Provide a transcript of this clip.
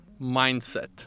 mindset